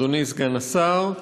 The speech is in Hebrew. אדוני סגן השר,